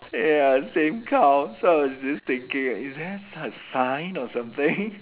ya same cow so I was just thinking is there s~ sign or something